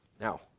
Now